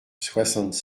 soixante